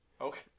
Okay